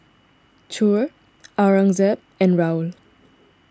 Choor Aurangzeb and Rahul